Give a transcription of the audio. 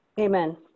Amen